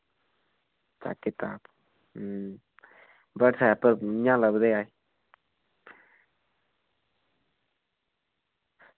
WhatsApp पर इंया लभदे